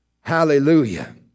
Hallelujah